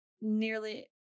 nearly